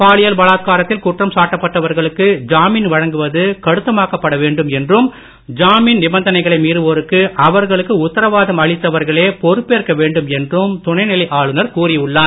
பாலியல் பலாத்காரத்தில் குற்றம் சாட்டப்பட்டவர்களுக்கு ஜாமீன் வழங்குவது கடுத்தமாக்கப்பட வேண்டும் என்றும் ஜாமீன் நிபந்தனைகளை மீறுவோருக்கு அவர்களுக்கு உத்தாவாதம் அளித்தவர்களே பொறுப்பேற்க வேண்டும் என்றும் துணை நிலை ஆளுநர் கூறி உள்ளார்